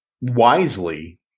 wisely